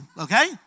okay